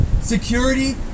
security